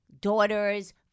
daughters